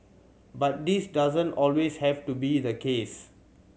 but this doesn't always have to be the case